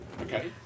Okay